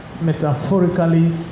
metaphorically